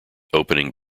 opening